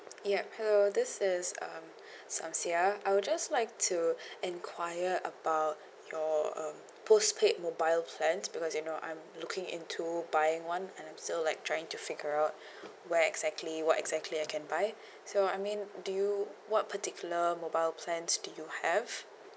yup hello this is um samsiah I will just like to enquire about your um postpaid mobile plans because you know I'm looking into buying one and I'm still like trying to figure out where actually what exactly I can buy so I mean do you what particular mobile plans do you have